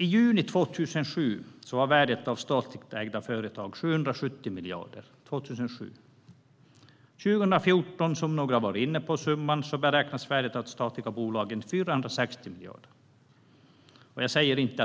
I juni 2007 var värdet av statligt ägda företag 770 miljarder. År 2014 beräknas värdet av de statliga bolagen, som några varit inne på, till 460 miljarder. Jag säger inte